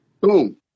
boom